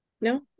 No